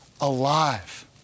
alive